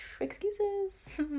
excuses